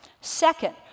Second